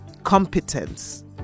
competence